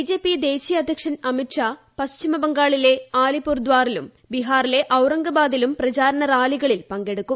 B J P ദേശീയ അധ്യക്ഷൻ അമിഷ് ഷാ പശ്ചിമ ബംഗാളിലെ ആലിപൂർദ്ദാറിലും ബീഹാറിലെ ഓറംഗാബാദിലും പ്രചാരണ റാലികളിൽ പങ്കെടുക്കും